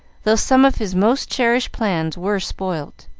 though some of his most cherished plans were spoilt.